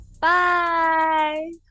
Bye